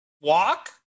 walk